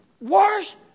Worse